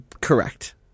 correct